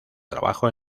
trabajo